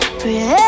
pray